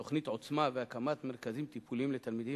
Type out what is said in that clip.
תוכנית "עוצמה" והקמת מרכזים טיפוליים לתלמידים